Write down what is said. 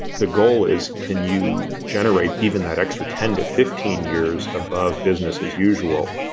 the goal is can you generate even that extra ten to fifteen years above business as usual.